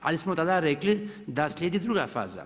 Ali smo tada rekli da slijedi druga faza.